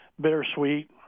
bittersweet